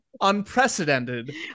Unprecedented